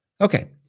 Okay